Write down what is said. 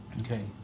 Okay